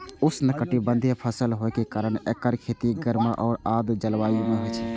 उष्णकटिबंधीय फसल होइ के कारण एकर खेती गर्म आ आर्द्र जलवायु मे होइ छै